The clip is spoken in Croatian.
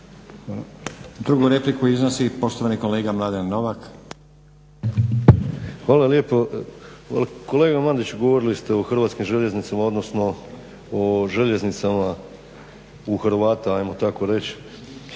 (Hrvatski laburisti - Stranka rada)** Hvala lijepo. Kolega Mandiću govorili ste o Hrvatskim željeznicama, odnosno o željeznicama u Hrvata ajmo tako reći.